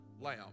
lamb